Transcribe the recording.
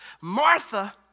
Martha